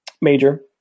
major